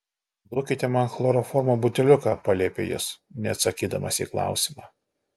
duokite man chloroformo buteliuką paliepė jis neatsakydamas į klausimą